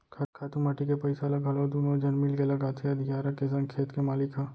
खातू माटी के पइसा ल घलौ दुनों झन मिलके लगाथें अधियारा के संग खेत के मालिक ह